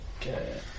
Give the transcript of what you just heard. Okay